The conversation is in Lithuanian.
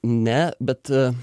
ne bet